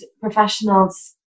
professionals